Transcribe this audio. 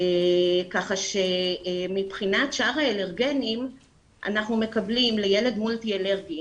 ככה שמבחינת שאר האלרגנים אנחנו מקבלים לילד מולטי אלרגי